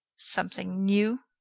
something new?